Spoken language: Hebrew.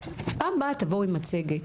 פעם הבאה תבוא עם מצגת.